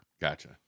Gotcha